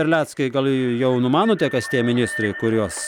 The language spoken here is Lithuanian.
terleckai gal jau numanote kas tie ministrai kuriuos